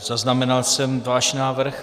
Zaznamenal jsem váš návrh.